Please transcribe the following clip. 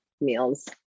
meals